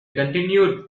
continued